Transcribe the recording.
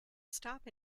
stop